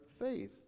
faith